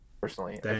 personally